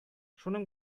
шуның